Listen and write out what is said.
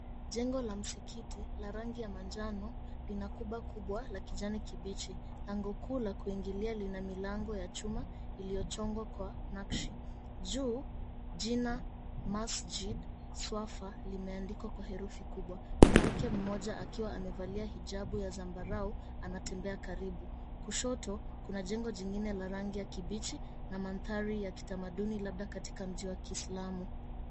Jengo la msikiti la rangi ya manjano lina kuba kubwa la kijani kibichi. Lango kuu la kuingilia lina milango ya chuma iliyochongwa kwa nakshi. Juu jina Masjid Suafa limeandikwa kwa herufi kubwa. Mwanamke mmoja akiwa amevalia hijabu ya zambarau anatembea karibu. Kushoto kuna jengo jingine la rangi ya kibichi na mandhari ya kitamaduni labda katika mji wa kiislamu.